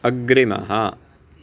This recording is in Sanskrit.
अग्रिमः